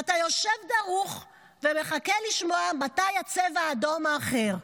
ואתה יושב דרוך ומחכה לשמוע מתי הצבע האדום האחר,